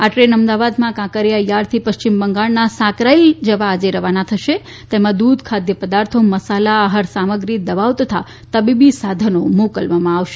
આ ટ્રેન અમદાવાદમાં કાંકરીયા યાર્ડથી પશ્ચિમ બંગાળના સાંકરાઇલ જવા આજે રવાના થશે તેમાં દૂધ ખાદ્ય પદાર્થો મસાલા આહાર સામગ્રી દવાઓ તથા તબીબી સાધનો મોકલવામાં આવશે